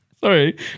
Sorry